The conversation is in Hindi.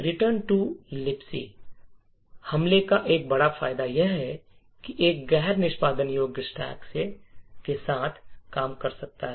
रिटर्न टू लिबक हमले का एक बड़ा फायदा यह है कि यह एक गैर निष्पादन योग्य स्टैक के साथ काम कर सकता है